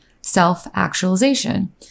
self-actualization